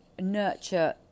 nurture